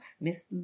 Miss